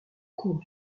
cours